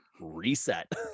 reset